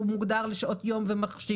הוא מוגדר לשעות יום ומחשיך,